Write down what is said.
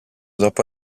dopo